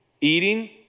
eating